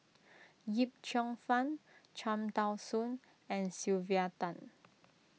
Yip Cheong Fun Cham Tao Soon and Sylvia Tan